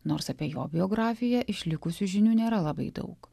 nors apie jo biografiją išlikusių žinių nėra labai daug